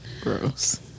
Gross